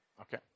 Okay